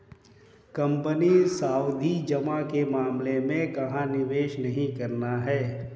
Company सावधि जमा के मामले में कहाँ निवेश नहीं करना है?